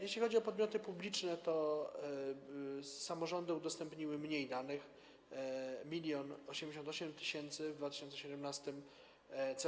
Jeśli chodzi o podmioty publiczne, to samorządy udostępniły mniej danych - 1088 tys. w 2017 r.